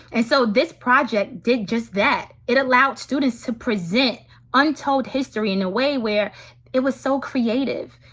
and so this project did just that. it allowed students to present untold history in a way where it was so creative.